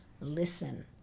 listen